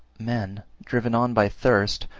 men, driven on by thirst,